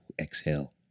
exhale